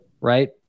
Right